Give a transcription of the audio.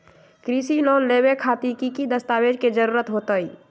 कृषि लोन लेबे खातिर की की दस्तावेज के जरूरत होतई?